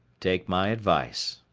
take my advice.